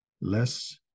less